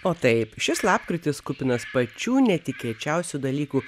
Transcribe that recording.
o taip šis lapkritis kupinas pačių netikėčiausių dalykų